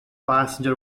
passenger